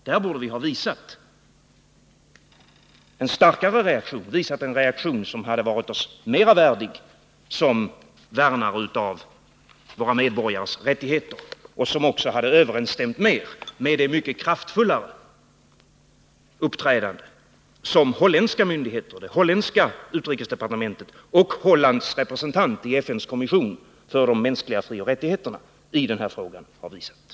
Där borde vi ha visat en starkare reaktion — en reaktion som hade varit oss mera värdig som värnare av våra medborgares rättigheter och som också hade överensstämt mer med det mycket kraftfulla uppträdande som holländska myndigheter, det holländska utrikesdepartementet och Hollands representant i FN:s kommission för de mänskliga frioch rättigheterna har visat i den här frågan.